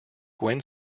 gwen